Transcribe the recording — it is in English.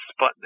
Sputnik